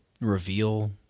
reveal